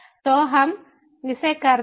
तो हम इसे करते हैं